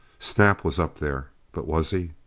snap was up there. but was he?